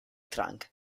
trunk